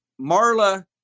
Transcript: Marla